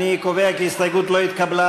אדוני, להצביע?